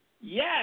yes